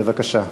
בבקשה.